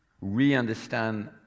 re-understand